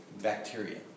bacteria